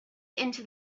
into